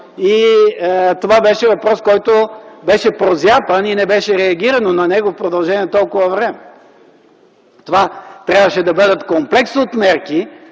Това беше въпрос, който беше прозяпан и на него не беше реагирано в продължение на толкова време. Това трябваше да бъдат комплекс от мерки,